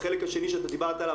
החלק השני שאתה דיברת עליו,